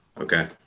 okay